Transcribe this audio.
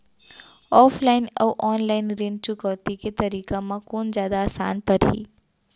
Offline अऊ online ऋण चुकौती के तरीका म कोन जादा आसान परही?